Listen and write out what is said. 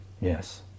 Yes